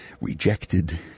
rejected